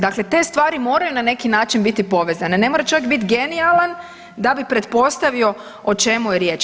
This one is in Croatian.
Dakle, te stvari moraju na neki način biti povezane, ne mora čovjek bit genijalan da bi pretpostavio o čemu je riječ.